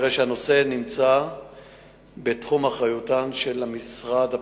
הרי שהנושא נמצא בתחום אחריותו של משרד הפנים.